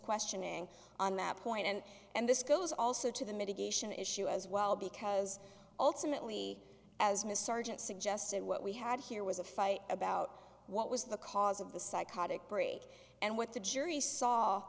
questioning on that point and and this goes also to the mitigation issue as well because ultimately as ms sargent suggested what we had here was a fight about what was the cause of the psychotic break and what the jury saw